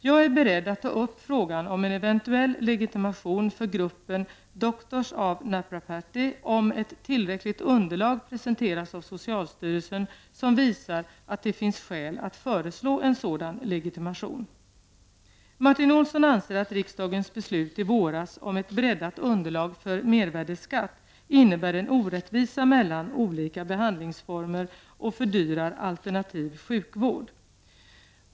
Jag är beredd att ta upp frågan om en eventuell legitimation för gruppen Doctors of Naprapathy om ett tillräckligt underlag presenteras av socialstyrelsen, vilket visar att det finns skäl att föreslå en sådan legitimation. Martin Olsson anser att riksdagens beslut i våras om ett breddat underlag för mervärdeskatt innebär en orättvisa mellan olika behandlingsformer och fördyrar alternativ sjukvård.